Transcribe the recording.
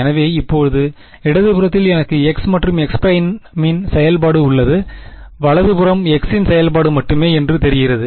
எனவே இப்போது இடது புறத்தில் எனக்கு x மற்றும் x′ இன் செயல்பாடு உள்ளது வலது புறம் x இன் செயல்பாடு மட்டுமே என்று தெரிகிறது